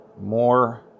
more